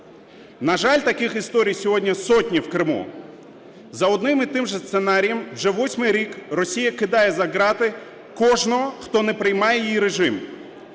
На жаль, таких історій сотні в Криму. За одним і тим же сценарієм вже восьмий рік Росія кидає за грати кожного, хто не приймає її режим.